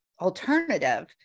alternative